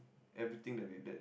everything that we that